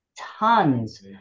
tons